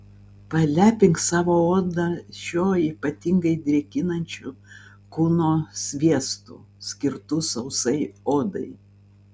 palepink savo odą šiuo ypatingai drėkinančiu kūno sviestu skirtu sausai odai